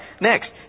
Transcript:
Next